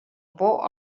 por